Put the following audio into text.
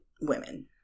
women